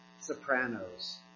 sopranos